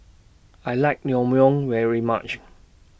I like Naengmyeon very much